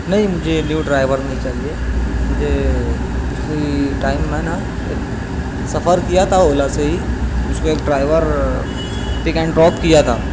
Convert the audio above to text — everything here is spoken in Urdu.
نہیں مجھے نیو ڈرائیور نہیں چاہیے مجھے پچھلی ٹائم میں نا ایک سفر کیا تھا اولا سے ہی مجھکو ایک ڈرائیور پک اینڈ ڈراپ کیا تھا